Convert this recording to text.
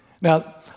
Now